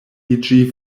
iĝi